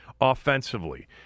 Offensively